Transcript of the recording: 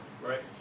Right